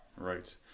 Right